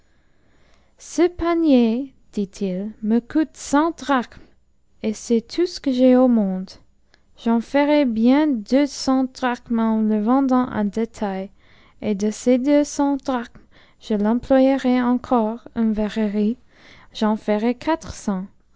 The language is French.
ce panier dit-il me coûte cent drachmes et c'est tout ce que j'ai au monde j'en ferai bien deux cents drachmes en le vendant en détail et de ces deux cents drachmes que j'emploierai encore en verrerie j'en ferai